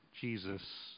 Jesus